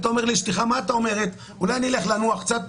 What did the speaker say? אתה אומר לאשתך: מה את אומרת, אולי נלך לנוח קצת?